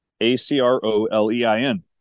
A-C-R-O-L-E-I-N